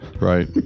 Right